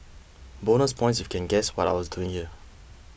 bonus points if you can guess what I was doing there